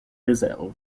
réserves